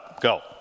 Go